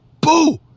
boo